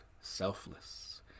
Selfless